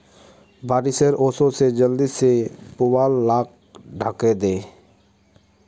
बारिश ओशो छे जल्दी से पुवाल लाक ढके दे